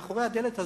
מאחורי הדלת הזאת,